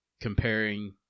comparing